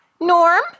Norm